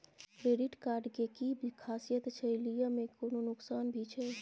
Credit card के कि खासियत छै, लय में कोनो नुकसान भी छै?